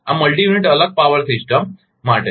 આ multi unit અલગ power system છે